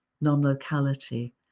non-locality